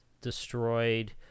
destroyed